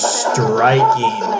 striking